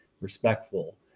respectful